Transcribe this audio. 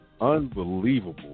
unbelievable